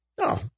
No